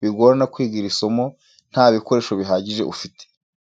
bigorana kwiga iri somo nta bikoresho bihagije ufite.